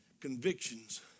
Convictions